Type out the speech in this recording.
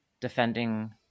defending